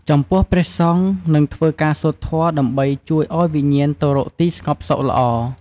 ចំពោះព្រះសង្ឃ នឹងធ្វើការសូត្រធម៌ដើម្បីជួយឲ្យវិញ្ញាណទៅរកទីស្ងប់សុខល្អ។